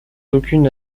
aucune